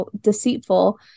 deceitful